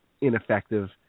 ineffective